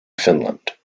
finland